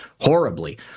horribly